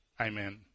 amen